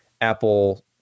Apple